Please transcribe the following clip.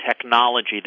technology